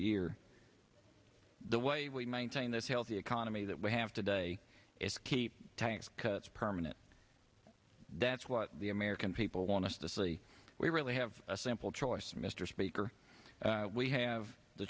year the way we maintain this healthy economy that we have today is keep tax cuts permanent that's what the american people want to see we really have a simple choice mr speaker we have the